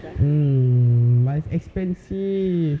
hmm but expensive